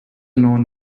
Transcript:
known